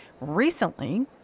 Recently